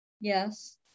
Yes